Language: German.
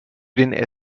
den